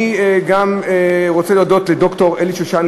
אני רוצה להודות גם לד"ר אלי שני,